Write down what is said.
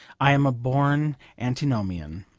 i am a born antinomian.